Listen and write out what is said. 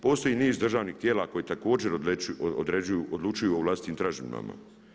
Postoji niz državnih tijela koji također odlučuju o vlastitim tražbinama.